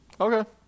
Okay